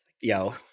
Yo